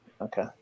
Okay